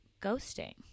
ghosting